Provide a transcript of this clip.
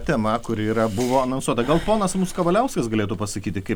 tema kuri yra buvo anonsuota gal ponas mums kavaliauskas galėtų pasakyti kaip